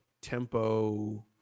Tempo